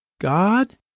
God